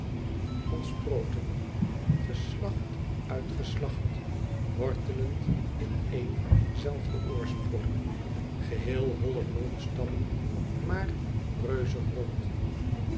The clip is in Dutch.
ontsproten geslacht uit geslacht wortelend in een zelfden oorsprong geheel holle boomsummen maar reuzig rond